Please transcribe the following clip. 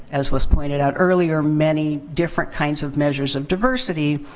as was pointed out earlier, many different kinds of measures of diversity.